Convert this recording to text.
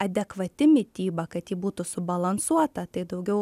adekvati mityba kad ji būtų subalansuota tai daugiau